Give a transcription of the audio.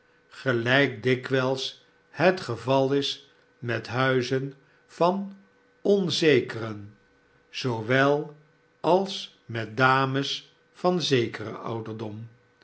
gelijk dikwijls het geval is met huizen van barnaby rudge i i whiim km ftmhutfittmtt barnaby rudge het gezelschap in de meiboom onzekeren zoowel als met dames van zekeren ouderdom